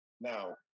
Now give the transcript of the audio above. Now